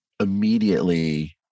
immediately